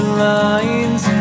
lines